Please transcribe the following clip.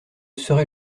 serait